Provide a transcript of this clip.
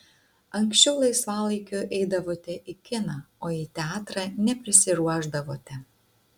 anksčiau laisvalaikiu eidavote į kiną o į teatrą neprisiruošdavote